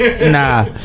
Nah